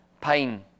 pain